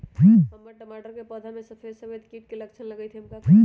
हमर टमाटर के पौधा में सफेद सफेद कीट के लक्षण लगई थई हम का करू?